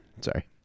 Sorry